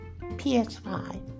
PS5